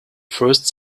first